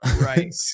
Right